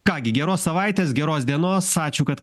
ką gi geros savaitės geros dienos ačiū kad